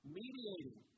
mediating